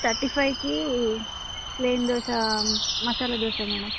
thirty ఫైవ్కి plain dosa masala dosa madam